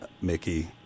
Mickey